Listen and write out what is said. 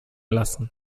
lassen